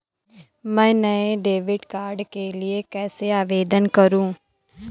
मैं नए debit card के लिए कैसे आवेदन करूं?